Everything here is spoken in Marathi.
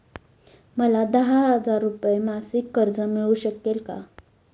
मला दहा हजार रुपये मासिक कर्ज मिळू शकेल का?